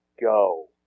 go